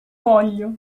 voglio